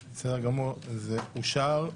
זה אושר.